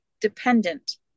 dependent